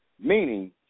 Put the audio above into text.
meaning